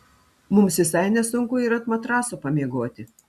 mums visai nesunku ir ant matraso pamiegoti